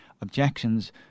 objections